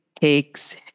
takes